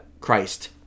Christ